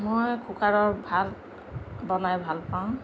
মই কুকাৰত ভাত বনাই ভালপাওঁ